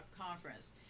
Conference